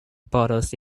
bottles